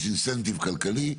יש אינסנטיב כלכלי,